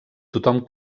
tothom